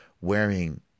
Wearing